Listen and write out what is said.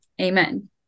amen